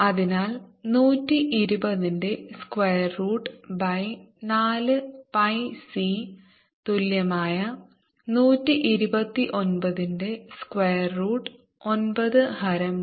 അതിനാൽ 120 ന്റെ square root by നാല് pi c തുല്യമായ 129 ന്റെ സ്ക്വയർ റൂട്ട് 9 ഹരം 3 ഗുണo 108